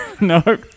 No